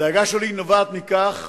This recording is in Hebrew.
הדאגה שלי נובעת מכך